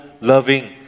loving